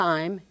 Time